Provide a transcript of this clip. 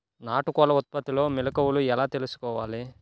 నాటుకోళ్ల ఉత్పత్తిలో మెలుకువలు ఎలా తెలుసుకోవాలి?